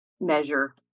measure